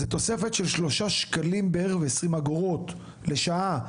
זה תוספת של שלושה שקלים ועשרים אגורות בערך לשעה,